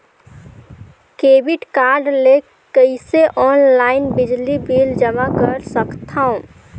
Debit card ले कइसे online बिजली बिल जमा कर सकथव?